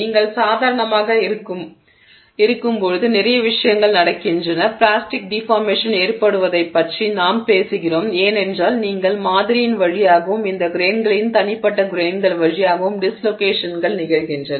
நீங்கள் சாதாரணமாக இழுக்கும்போது நிறைய விஷயங்கள் நடக்கின்றன பிளாஸ்டிக் டிஃபார்மேஷன் ஏற்படுவதைப் பற்றி நாம் பேசுகிறோம் ஏனென்றால் நீங்கள் மாதிரியின் வழியாகவும் இந்த கிரெய்ன்ங்களின் தனிப்பட்ட கிரெய்ன்கள் வழியாகவும் டிஸ்லோகேஷன்கள் நிகழ்கின்றன